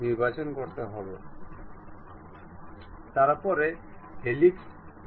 সুতরাং এখন আমরা এটির উপর ডান ক্লিক করতে পারি এখন এটি স্থির করা হয়েছে